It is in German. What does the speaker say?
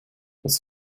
das